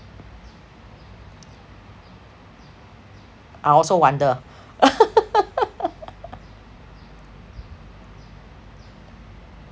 I also wonder